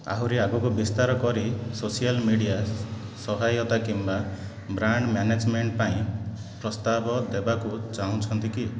ଆହୁରି ଆଗକୁ ବିସ୍ତାର କରି ସୋସିଆଲ୍ ମିଡ଼ିଆ ସହାୟତା କିମ୍ବା ବ୍ରାଣ୍ଡ ମ୍ୟାନେଜମେଣ୍ଟ୍ ପାଇଁ ପ୍ରସ୍ତାବ ଦେବାକୁ ଚାହୁଁଛନ୍ତି କି